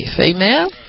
amen